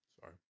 Sorry